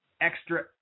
extra